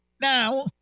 Now